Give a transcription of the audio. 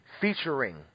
featuring